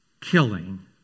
killing